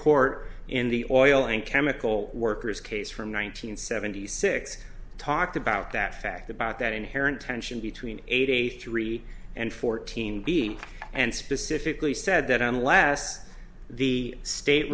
court in the oil and chemical workers case from one nine hundred seventy six talked about that fact about that inherent tension between eighty three and fourteen being and specifically said that unless the state